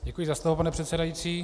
Děkuji za slovo, pane předsedající.